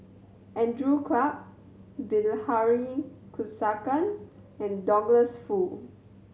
Andrew Clarke Bilahari Kausikan and Douglas Foo